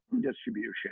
distribution